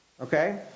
okay